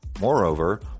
Moreover